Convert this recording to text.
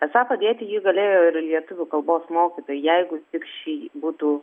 esą padėti jį galėjo ir lietuvių kalbos mokytojai jeigu tik ši būtų